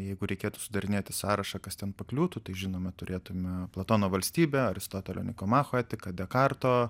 jeigu reikėtų sudarinėti sąrašą kas ten pakliūtų tai žinoma turėtume platono valstybę aristotelio niko macho etiką dekarto